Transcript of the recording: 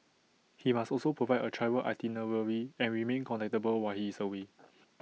he must also provide A travel itinerary and remain contactable while he is away